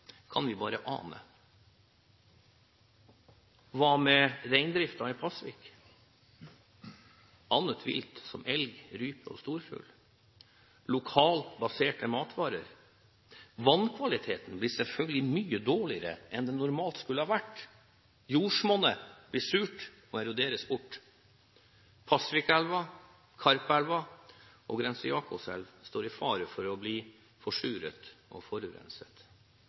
kan vi bare ane. Hva med reindriften i Pasvik og annet vilt som elg, rype og storfugl, og lokalt baserte matvarer? Vannkvaliteten blir selvfølgelig mye dårligere enn den normalt skulle vært. Jordsmonnet blir surt og eroderes bort. Pasvikelva, Karpelva og Grense Jakobselv står i fare for å bli forsuret og forurenset.